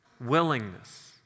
Willingness